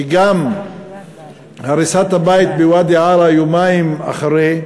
וגם הריסת הבית בוואדי-עארה יומיים אחרי,